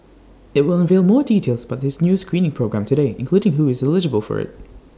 IT will unveil more details about this new screening programme today including who is eligible for IT